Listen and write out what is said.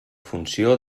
funció